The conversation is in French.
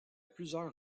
plusieurs